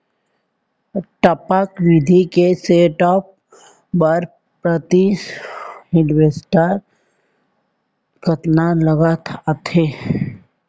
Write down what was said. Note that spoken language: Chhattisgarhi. टपक विधि के सेटअप बर प्रति हेक्टेयर कतना लागत आथे?